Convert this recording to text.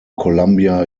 columbia